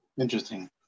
Interesting